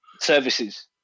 services